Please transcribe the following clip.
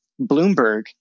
Bloomberg